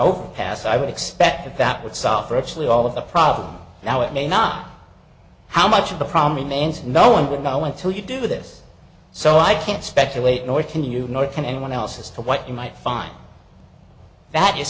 overpass i would expect that would solve actually all of the problem now it may not how much of the problem and no one would know until you do this so i can't speculate nor can you nor can anyone else as to what you might find that is